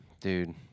dude